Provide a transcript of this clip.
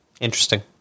Interesting